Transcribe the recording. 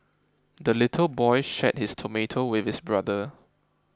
the little boy shared his tomato with his brother